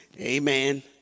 Amen